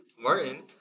Martin